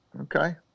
Okay